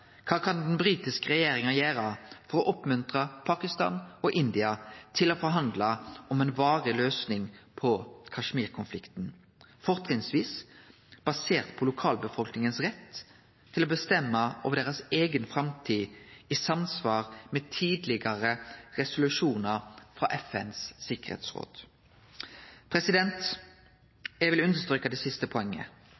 Kva kan den britiske regjeringa gjere for å oppmuntre Pakistan og India til å forhandle om ei varig løysing på Kashmir-konflikten, fortrinnsvis basert på retten til lokalbefolkninga til å bestemme over si eiga framtid, i samsvar med tidlegare resolusjonar frå FNs